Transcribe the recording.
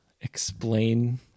explain